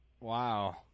Wow